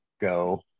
go